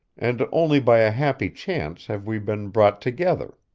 and only by a happy chance have we been brought together.